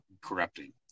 corrupting